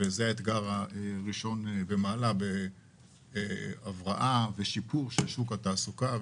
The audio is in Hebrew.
זה האתגר הראשון במעלה בהבראה ובשיפור של שוק התעסוקה.